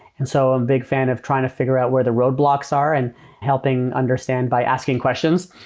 and so a big fan of trying to figure out where the roadblocks are and helping understand by asking questions.